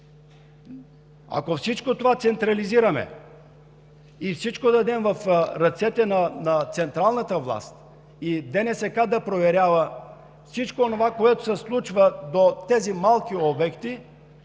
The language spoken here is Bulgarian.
Ако всичко това го централизираме и всичко дадем в ръцете на централната власт, и ДНСК да проверява всичко онова, което се случва до тези малки обекти,